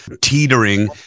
teetering